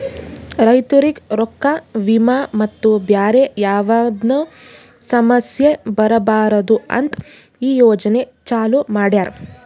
ರೈತುರಿಗ್ ರೊಕ್ಕಾ, ವಿಮಾ ಮತ್ತ ಬ್ಯಾರೆ ಯಾವದ್ನು ಸಮಸ್ಯ ಬರಬಾರದು ಅಂತ್ ಈ ಯೋಜನೆ ಚಾಲೂ ಮಾಡ್ಯಾರ್